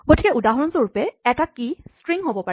গতিকে উদাহৰণস্বৰূপে এটা কী ষ্ট্ৰিং হ'ব পাৰে